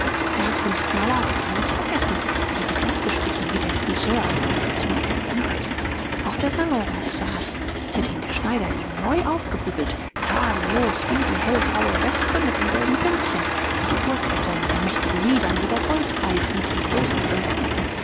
der herr kunstmaler hatte keines vergessen hatte sie glattgestrichen wie der friseur vor der sitzung mit den brenneisen auch der salonrock saß als hätte ihn der schneider eben neu aufgebügelt tadellos wie die hellgraue weste mit den gelben pünktchen wie die uhrkette mit den mächtigen gliedern wie der goldreif mit dem großen